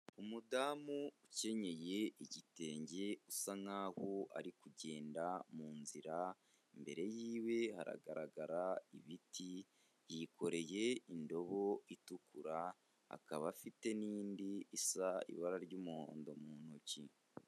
Umudamu ukenyeye igitenge usa nkaho ari kugenda mu nzira, imbere y'iwe haragaragara ibiti, yikoreye indobo itukura, akaba afite n'indi isa ibara ry'umuhondo mu ntoki.